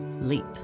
leap